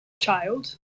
child